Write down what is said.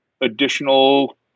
additional